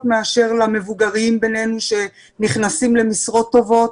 מאשר למבוגרים בינינו שנכנסים למשרות טובות.